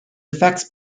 effects